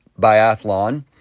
biathlon